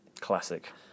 Classic